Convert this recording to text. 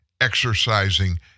exercising